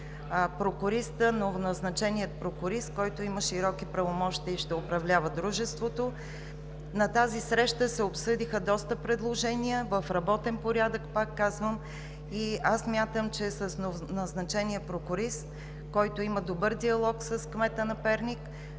Перник, новоназначения прокурист, който има широки правомощия и ще управлява дружеството. На тази среща се обсъдиха доста предложения в работен порядък. Пак казвам, смятам, че с назначения прокурист, който има добър диалог с кмета на Перник,